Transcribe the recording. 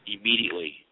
immediately